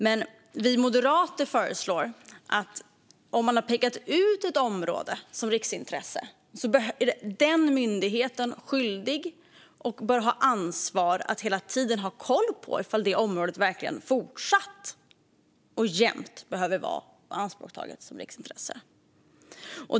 Men vi moderater föreslår att om en myndighet har pekat ut ett område som riksintresse är den myndigheten skyldig och bör ha ansvar för att hela tiden ha koll på om detta område verkligen fortsatt och jämt behöver vara ianspråktaget som riksintresse.